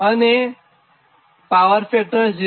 અને power factor 0